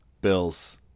Bills